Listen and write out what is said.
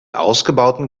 ausgebauten